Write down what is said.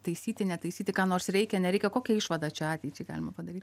taisyti netaisyti ką nors reikia nereikia kokią išvadą čia ateičiai galima padaryt